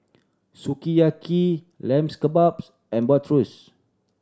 Sukiyaki Lamb Kebabs and Bratwurst